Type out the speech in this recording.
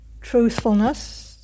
truthfulness